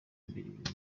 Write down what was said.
imbere